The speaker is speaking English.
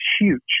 huge